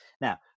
Now